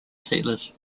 settlers